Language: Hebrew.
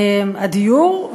הדיור,